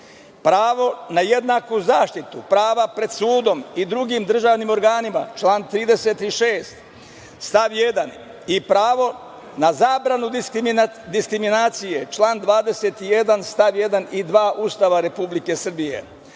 pravo na jednaku zaštitu, prava pred sudom i drugim državnim organima član 36. stav 1. i pravo na zabranu diskriminacije, član 21. st. 1. i 2. Ustava Republike Srbije.